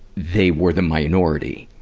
they were the minority.